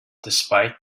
despite